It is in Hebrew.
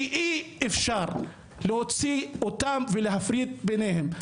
שאי אפשר להוציא אותם ולהפריד ביניהם,